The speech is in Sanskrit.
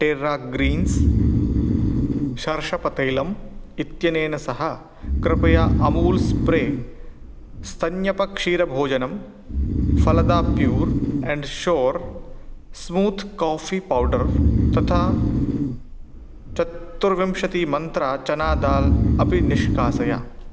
टेर्रा ग्रीन्स् सर्षपतैलम् इत्यनेन सह कृपया अमूल् स्प्रे स्तन्यपक्षीरभोजनम् Phalada pure and sure smooth coffee powder तथा चत्तुर्विंशतिमन्त्रा चना दाल् अपि निष्कासय